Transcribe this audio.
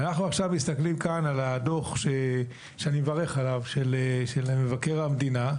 אבל אנחנו עכשיו מסתכלים כאן על הדוח של מבקר המדינה,